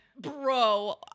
bro